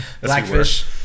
Blackfish